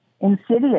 insidious